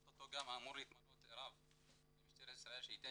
או-טו-טו אמור להתמנות רב במשטרת ישראל שייתן